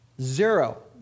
zero